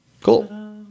Cool